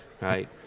right